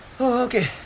okay